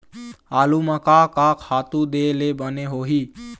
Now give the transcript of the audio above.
आलू म का का खातू दे ले बने होही?